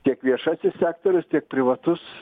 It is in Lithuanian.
tiek viešasis sektorius tiek privatus